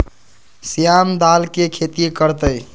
श्याम दाल के खेती कर तय